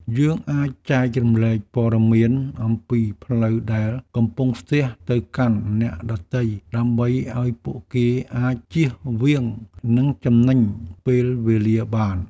យើងអាចចែករំលែកព័ត៌មានអំពីផ្លូវដែលកំពុងស្ទះទៅកាន់អ្នកដទៃដើម្បីឱ្យពួកគេអាចជៀសវាងនិងចំណេញពេលវេលាបាន។